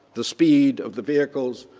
the speed of the vehicles,